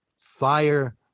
Fire